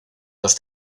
los